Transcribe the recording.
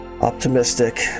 optimistic